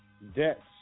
Debts